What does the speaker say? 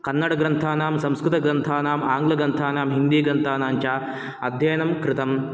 कन्नडग्रन्थानां संस्कृतग्रन्थानाम् आङ्ग्लग्रन्थानां हिन्दीग्रन्थानाञ्च अध्ययनं कृतम्